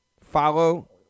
Follow